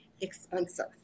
expensive